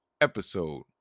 episode